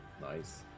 nice